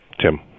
Tim